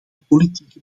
politieke